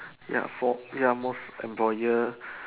ya for ya most and for years